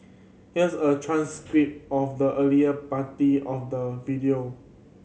here's a transcript of the earlier part of the video